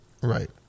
right